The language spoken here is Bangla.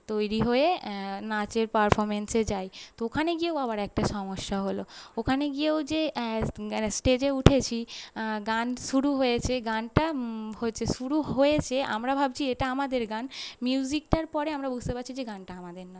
তৈরি হয়ে নাচের পারফর্ম্যান্সে যাই তো ওখানে গিয়েও আবার একটা সমস্যা হল ওখানে গিয়েও যে মানে স্টেজে উঠেছি গান শুরু হয়েছে গানটা হচ্ছে শুরু হয়েছে আমরা ভাবছি এটা আমাদের গান মিউজিকটার পরে আমরা বুঝতে পারছি যে গানটা আমাদের নয়